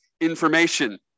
information